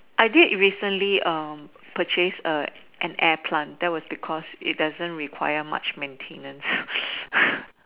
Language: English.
I did recently um purchase uh an air plant that was because it doesn't require much maintenance